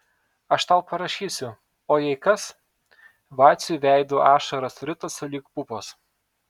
aš tau parašysiu o jei kas vaciui veidu ašaros ritosi lyg pupos